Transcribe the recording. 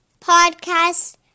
podcast